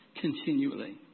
continually